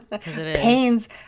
pains